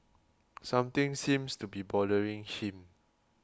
something seems to be bothering him